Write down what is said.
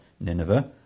Nineveh